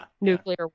nuclear